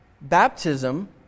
baptism